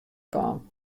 kaam